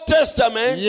Testament